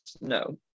No